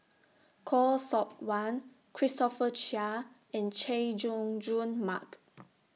Khoo Seok Wan Christopher Chia and Chay Jung Jun Mark